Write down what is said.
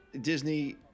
Disney